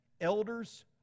Elders